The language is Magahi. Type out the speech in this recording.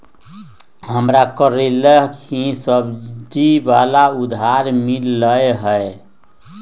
हमरा कलेह ही सब्सिडी वाला उधार मिल लय है